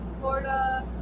florida